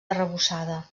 arrebossada